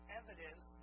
evidence